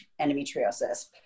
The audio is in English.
endometriosis